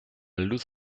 luz